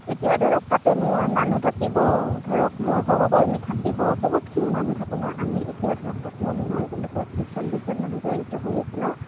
এতিয়া ধৰক তাতে মোৰ মানুহ থাকিব ধৰক মোৰ সহকৰ্মী থাকিব বহুতখিনি মানুহ থাকে ন আমি এতিয়া ধৰক তাতে আমি নাইবোলে চল্লিছজন মানুহ জড়িত হৈ আছে ন